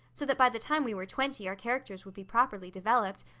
so that by the time we were twenty our characters would be properly developed.